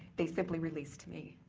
they simply released me.